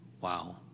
wow